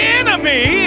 enemy